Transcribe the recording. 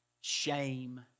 shame